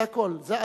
זה הכול.